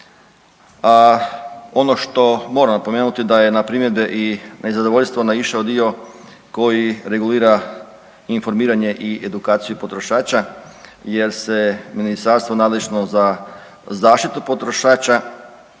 A ono što moram napomenuti da je na primjedbe i nezadovoljstvo naišao dio koji regulira informiranje i edukaciju potrošača jer se ministarstvo nadležno za zaštitu potrošača